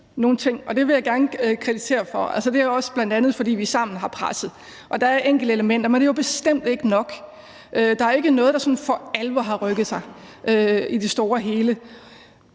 det vil jeg gerne kreditere for, og det er jo bl.a. også, fordi vi sammen har presset på, og der er enkelte elementer, men det er jo bestemt ikke nok. Der er jo ikke noget, der sådan for alvor har rykket sig i det store og hele.